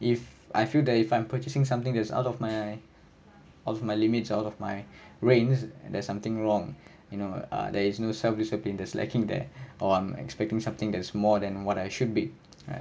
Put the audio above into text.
if I feel that if I'm purchasing something that's out of my of my limits out of my reign there's something wrong you know uh there is no self discipline that's lacking there or I'm expecting something that is more than what I should be right